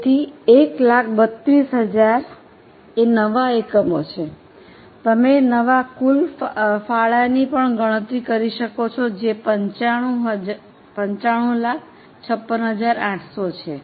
તેથી 132000 એ નવા એકમો છે તમે નવા કુલ ફાળોની પણ ગણતરી કરી શકો છો જે 9556800 છે